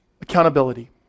accountability